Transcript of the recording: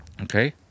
okay